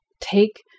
take